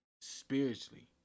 spiritually